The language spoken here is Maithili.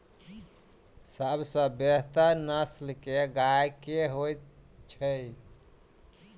सबसँ बेहतर नस्ल केँ गाय केँ होइ छै?